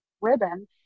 ribbon